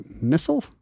missile